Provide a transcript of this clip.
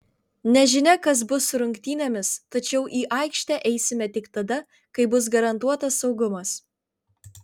nežinia kas bus su rungtynėmis tačiau į aikštę eisime tik tada kai bus garantuotas saugumas